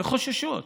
והן חוששות.